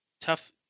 tough